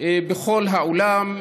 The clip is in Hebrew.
בכל העולם.